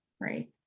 right